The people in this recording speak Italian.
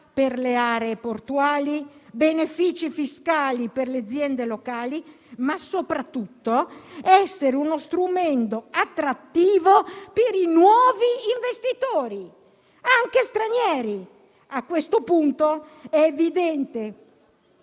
per le aree portuali, benefici fiscali per le aziende locali, ma soprattutto essere uno strumento attrattivo per i nuovi investitori, anche stranieri. A questo punto, è evidente